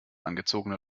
angezogene